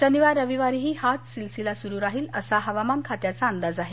शनिवार रविवारीही हाच सिलसिला सुरू राहील असा हवामान खात्याचा अंदाज आहे